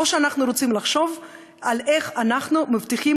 או שאנחנו רוצים לחשוב על איך אנחנו מבטיחים